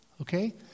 okay